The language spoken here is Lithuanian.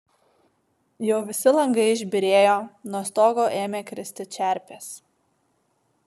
jau visi langai išbyrėjo nuo stogo ėmė kristi čerpės